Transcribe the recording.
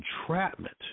entrapment